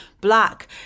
black